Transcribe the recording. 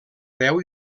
veu